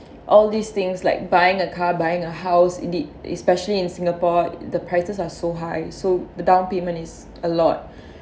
all these things like buying a car buying a house indeed especially in singapore the prices are so high so the down payment is a lot